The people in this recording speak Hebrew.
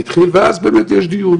ואז יש דיון,